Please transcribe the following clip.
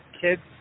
kids